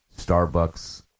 Starbucks